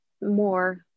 more